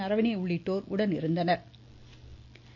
நரவனே உள்ளிட்டோர் உடன் இருந்தனா்